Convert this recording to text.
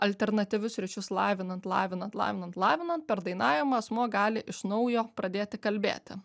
alternatyvius ryšius lavinant lavinant lavinant lavinant per dainavimą asmuo gali iš naujo pradėti kalbėti